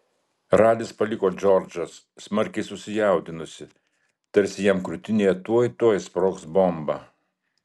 ralis paliko džordžą smarkiai susijaudinusį tarsi jam krūtinėje tuoj tuoj sprogs bomba